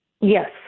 Yes